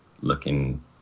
looking